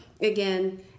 again